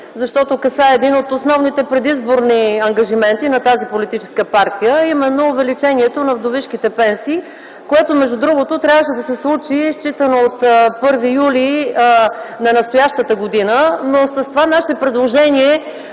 защото касае един от основните предизборни ангажименти на тази политическа партия, а именно увеличението на вдовишките пенсии. Между другото, то трябваше да се случи, считано от 1 юли на настоящата година, но ние предлагаме